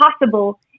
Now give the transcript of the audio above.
possible